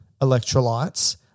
electrolytes